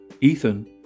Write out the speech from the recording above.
Ethan